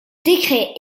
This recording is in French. décret